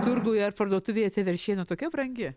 turguj ar parduotuvėj tai veršiena tokia brangi